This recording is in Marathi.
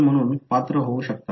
तर म्हणूनच मी हे इथे लिहिले आहे